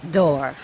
door